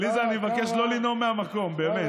עליזה, אני מבקש לא לנאום מהמקום, באמת.